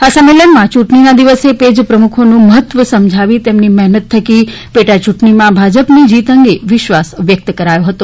આ સંમેલનમાં ચૂંટણીના દિવસે પેજપ્રમુખોનું મહત્વ સમજાવી તેમની મહેનત થકી પેટા ચૂંટણીમાં ભાજપની જીત અંગે વિશ્વાસ વ્યક્ત કરાયો હતો